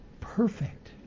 Perfect